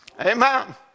Amen